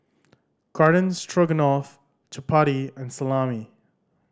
Garden Stroganoff Chapati and Salami